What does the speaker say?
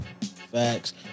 facts